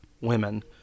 women